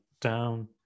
down